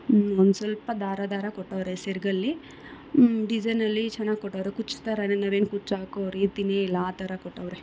ಒಂದು ಸ್ವಲ್ಪ ದಾರ ದಾರ ಕೊಟ್ಟವರೆ ಸೆರಗಲ್ಲಿ ಡಿಸೈನಲ್ಲಿ ಚೆನ್ನಾಗ್ ಕೊಟ್ಟವರೆ ಕುಚ್ಚು ಥರ ನಾವೇನು ಕುಚ್ಚು ಹಾಕೋ ರೀತಿ ಇಲ್ಲ ಆ ಥರ ಕೊಟ್ಟವರೆ